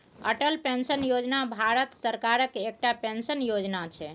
Atal pension योजना भारत सरकारक एकटा पेंशन योजना छै